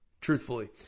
truthfully